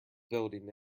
building